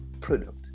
product